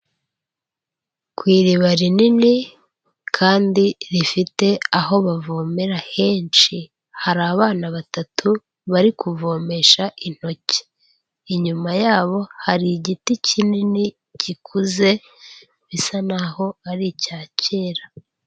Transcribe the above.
Ku iriba rinini kandi rifite aho bavomera henshi hari abana batatu bari kuvomesha intoki, inyuma yabo hari igiti kinini gikuze bisa naho ari icya kera.